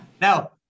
Now